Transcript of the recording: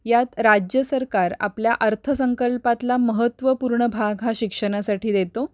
यात राज्य सरकार आपल्या अर्थसंकल्पातला महत्त्वपूर्ण भाग हा शिक्षणासाठी देतो